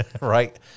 right